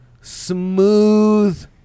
smooth